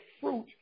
fruit